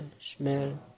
smell